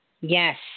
Yes